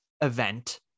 event